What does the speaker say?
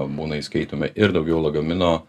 būna įskaitomi ir daugiau lagamino